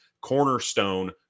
cornerstone